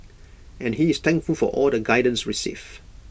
and he is thankful for all the guidance received